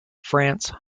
france